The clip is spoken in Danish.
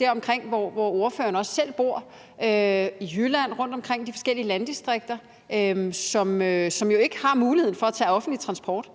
deromkring, hvor ordføreren også selv bor, i Jylland og rundtomkring i de forskellige landdistrikter, som jo ikke har mulighed for at tage offentlig transport: